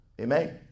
amen